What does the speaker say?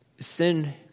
sin